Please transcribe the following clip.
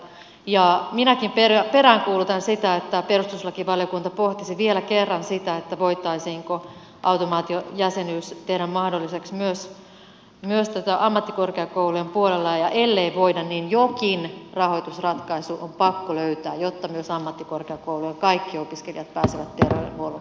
ja minäkin peräänkuulutan sitä että perustuslakivaliokunta pohtisi vielä kerran sitä voitaisiinko automaatiojäsenyys tehdä mahdolliseksi myös ammattikorkeakoulujen puolella ja ellei voida niin jokin rahoitusratkaisu on pakko löytää jotta myös ammattikorkeakoulujen kaikki opiskelijat pääsevät terveydenhuollon piiriin